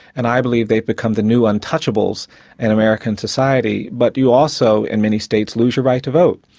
and i believe they've become the new untouchables in american society, but you also, in many states, lose your right to vote.